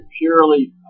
purely